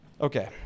Okay